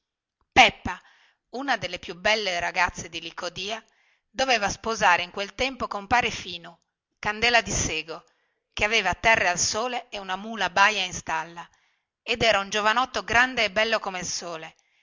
peppa una delle più belle ragazze di licodia doveva sposare in quel tempo compare finu candela di sego che aveva terre al sole e una mula baia in stalla ed era un giovanotto grande e bello come il sole